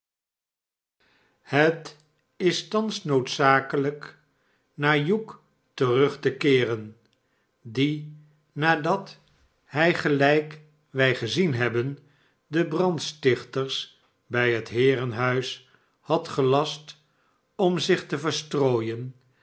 het is thans noodzakelijk naar hugh terug te keeren die nadat hij gelijk wij gezien hebben de brandstichters bij het heerenhuis had gelast om zich te verstrooien